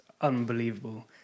unbelievable